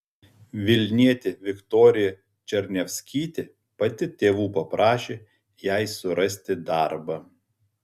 vilnietė viktorija černiavskytė pati tėvų paprašė jai surasti darbą